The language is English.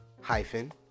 hyphen